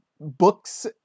books